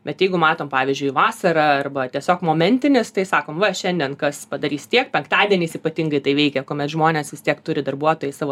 bet jeigu matom pavyzdžiui vasarą arba tiesiog momentinis tai sakom va šiandien kas padarys tiek penktadieniais ypatingai tai veikia kuomet žmonės vis tiek turi darbuotojai savo